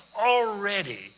already